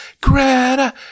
Greta